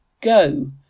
Go